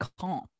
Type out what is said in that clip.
calm